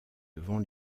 devant